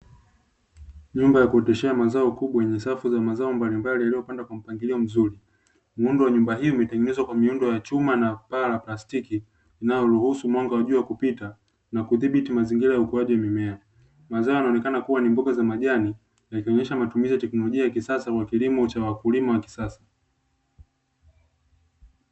Nyumba ya kuoteshea mazao kubwa yenye safu za mazao mbalimbali yaliyopandwa kwa mpangilio mzuri. Muundo wa nyumba hii umetengenezwa kwa miundo ya chuma na paa la plastiki inayoruhusu mwanga wa jua kupita na kudhibiti mazingira ya ukuaji wa mimea. Mazao yanaonekana kuwa ni mboga za majani na ikionyesha matumizi ya teknolojia ya kisasa kwa kilimo cha wakulima wa kisasa.